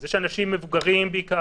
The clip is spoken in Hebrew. זה שאנשים מבוגרים בעיקר,